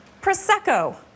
Prosecco